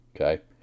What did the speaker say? Okay